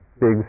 big